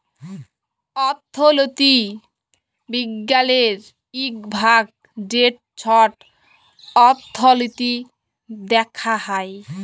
অথ্থলিতি বিজ্ঞালের ইক ভাগ যেট ছট অথ্থলিতি দ্যাখা হ্যয়